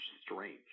strange